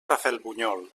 rafelbunyol